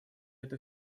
это